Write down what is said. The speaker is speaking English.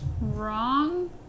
wrong